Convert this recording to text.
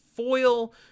foil